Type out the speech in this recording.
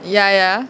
ya ya